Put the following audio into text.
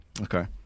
Okay